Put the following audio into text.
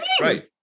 right